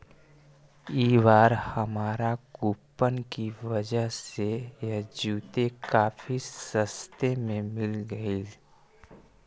ई बार हमारा कूपन की वजह से यह जूते काफी सस्ते में मिल गेलइ